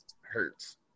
hurts